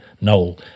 Noel